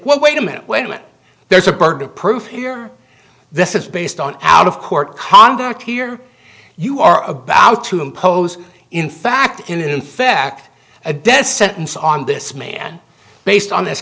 well wait a minute wait a minute there's a burden of proof here this is based on out of court conduct here you are a ballot to impose in fact and in fact a death sentence on this man based on this